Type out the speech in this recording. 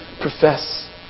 profess